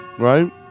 Right